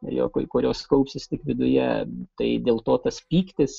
jo kai kurios kaupsis tik viduje tai dėl to tas pyktis